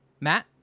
Matt